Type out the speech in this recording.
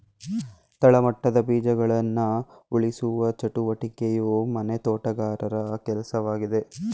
ತಳಮಟ್ಟದ ಬೀಜಗಳನ್ನ ಉಳಿಸುವ ಚಟುವಟಿಕೆಯು ಮನೆ ತೋಟಗಾರರ ಕೆಲ್ಸವಾಗಿದೆ